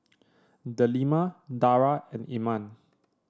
Delima Dara and Iman